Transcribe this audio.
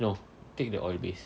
no take the oil-based